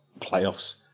playoffs